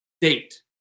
date